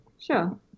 Sure